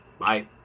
Bye